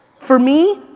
for me,